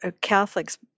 Catholics